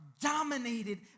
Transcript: dominated